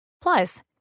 Plus